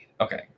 Okay